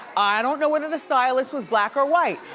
i don't know whether the stylist was black or white,